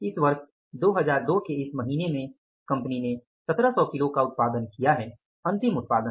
इस वर्ष 2002 के इस महीने में कंपनी ने 1700 किलो का उत्पादन किया है अंतिम उत्पादन